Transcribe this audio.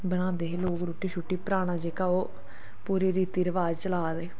बनांदे हे लोग रुट्टी शुट्टी पराना जेह्का ओह् पूरी रीति रवाज चलाऽ दे